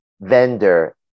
vendor